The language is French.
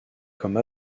comme